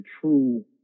true